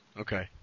Okay